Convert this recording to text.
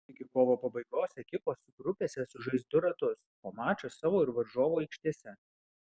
iki kovo pabaigos ekipos grupėse sužais du ratus po mačą savo ir varžovų aikštėse